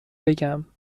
بگم